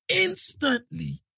instantly